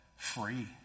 free